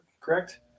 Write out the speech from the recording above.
correct